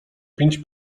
pięć